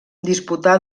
disputà